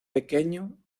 pequeño